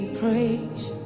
praise